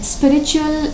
Spiritual